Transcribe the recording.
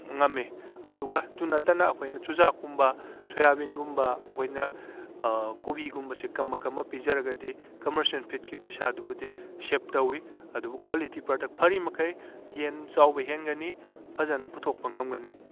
ꯉꯝꯃꯤ ꯑꯗꯨꯒ ꯇꯨ ꯅꯠꯇꯅ ꯑꯩꯈꯣꯏꯅ ꯆꯨꯖꯥꯛꯀꯨꯝꯕ ꯁꯣꯌꯥꯕꯤꯟꯒꯨꯝꯕ ꯑꯩꯈꯣꯏꯅ ꯀꯣꯕꯤꯒꯨꯝꯕꯁꯦ ꯀꯝꯃ ꯀꯝꯃ ꯄꯤꯖꯔꯒꯗꯤ ꯀꯝꯃꯔꯁꯦꯟ ꯐꯤꯗꯀꯤ ꯄꯩꯁꯥꯗꯨꯕꯨꯗꯤ ꯁꯦꯞ ꯇꯧꯏ ꯑꯗꯨꯕꯨ ꯀ꯭ꯋꯥꯂꯤꯇꯤ ꯄ꯭ꯔꯗꯛ ꯐꯔꯤ ꯃꯈꯩ ꯌꯦꯟ ꯆꯥꯎꯕ ꯍꯦꯟꯒꯅꯤ ꯐꯖꯅ ꯄꯨꯊꯣꯛꯄ ꯉꯝꯒꯅꯤ